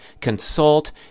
consult